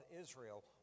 Israel